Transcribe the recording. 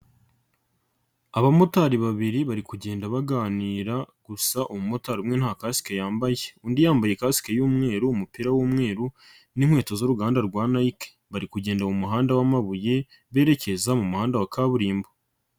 Abamotari babiri bari kugenda baganira gusa umumotari umwe nta kasike yambaye, undi yambaye kasike y'umweru, umupira w'umweru n'inkweto z'uruganda rwa Nike, bari kugenda mu muhanda w'amabuye berekeza mu muhanda wa kaburimbo.